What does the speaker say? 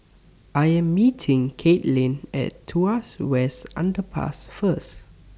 I Am meeting Caitlynn At Tuas West Underpass First